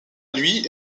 lui